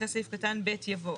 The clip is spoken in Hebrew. אחרי סעיף קטן ב' יבוא.